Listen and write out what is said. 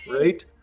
right